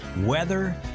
weather